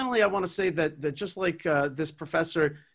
בעצם הם מנסים למחוק את כל יסודות ההיסטוריה